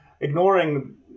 ignoring